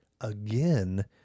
again